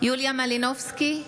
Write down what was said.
יוליה מלינובסקי,